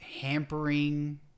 hampering